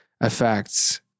affects